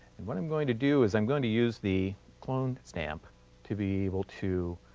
and what i'm going to do is i'm going to use the clone stamp to be able to